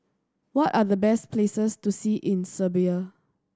what are the best places to see in Serbia